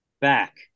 back